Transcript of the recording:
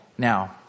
Now